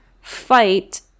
fight